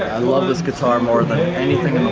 i love this guitar more than anything